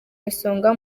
isonga